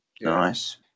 Nice